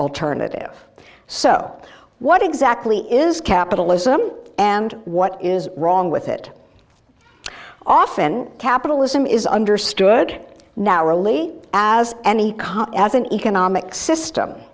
alternative so what exactly is capitalism and what is wrong with it often capitalism is understood now really as any as an economic system